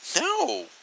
no